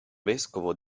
vescovo